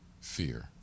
Fear